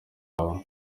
wawe